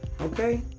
Okay